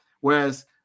whereas